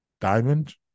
diamond